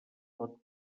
tot